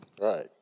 right